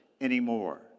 anymore